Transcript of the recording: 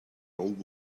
old